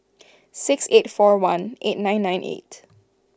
six eight four one eight nine nine eight